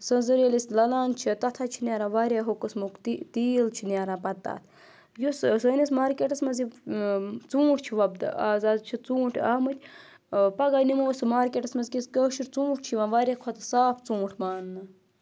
سٲنزر ییٚلہِ أسۍ لَلان چھِ تَتھ حظ چھِ نیٛران واریاہ قٕسمُک تیٖل چھِ نیران پَتہٕ تَتھ یُس سٲنِس مارکیٹَس منٛز یہِ ژوٗنٛٹھۍ چھِ وۄپدٕ آز حظ چھِ ژوٗنٛٹھۍ آمٕتۍ پَگاہ نِمو أسۍ سُہ مارکیٹَس منٛز کیازِ کٲشُر ژوٗنٛٹھۍ چھِ یِوان واریاہ کھۄتہٕ صاف ژوٗنٛٹھ ماننہٕ